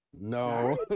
No